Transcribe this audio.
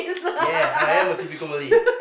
ya I am a typical Malay